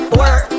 work